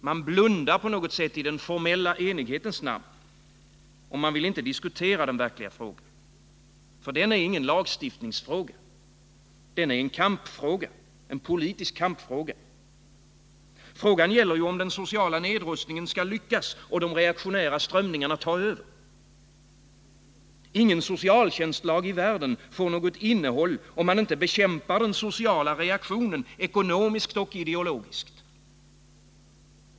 Man blundar i den formella enighetens namn, och man vill inte diskutera den verkliga frågan, för den är ingen lagstiftningsfråga. Den är en kampfråga. Frågan gäller om den sociala nedrustningen skall lyckas och de reaktionära strömningarna ta över. Ingen 78 socialtjänstlag i världen får något innehåll. om man inte bekämpar den sociala reaktionen ekonomiskt och ideologiskt.